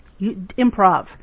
Improv